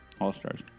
All-Stars